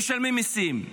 משלמים מיסים.